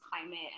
climate